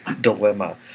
dilemma